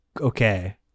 okay